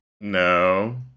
No